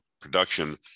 production